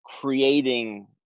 creating